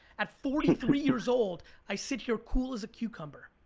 at forty three years old, i sit here cool as a cucumber.